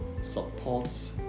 supports